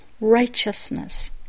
righteousness